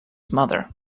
mother